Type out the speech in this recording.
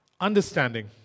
Understanding